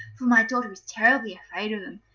for my daughter is terribly afraid of them.